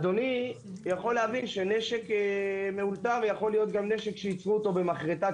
אדוני יכול להבין שנשק מאולתר יכול להיות גם נשק שייצרו אותו במחרטת